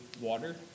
water